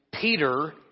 Peter